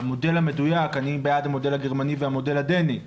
אני בעד המודל הגרמני והדני.